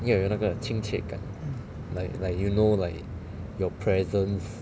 要有那个亲切感 like like you know like your presence